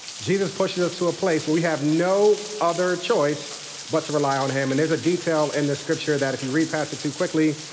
jesus pushes us to a place where we'd have no other choice but to rely on him. and there's a detail in the scripture that if you read past it too quickly,